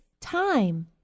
Time